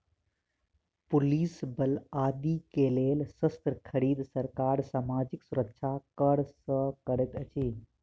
police बल आदि के लेल शस्त्र खरीद, सरकार सामाजिक सुरक्षा कर सँ करैत अछि